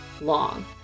long